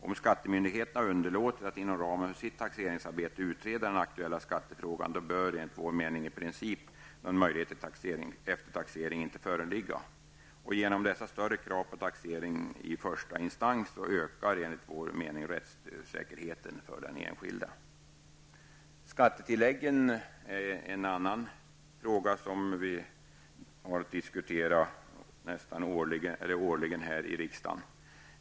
Om skattemyndigheterna underlåter att inom ramen för sitt taxeringsarbete utreda den aktuella skattefrågan bör enligt vår mening i princip någon möjlighet till eftertaxering inte föreligga. Genom dessa större krav på taxering i första instans ökar som vi ser det rättssäkerheten för den enskilde. Skattetilläggen är en annan fråga som vi årligen har att debattera här i riksdagen.